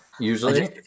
Usually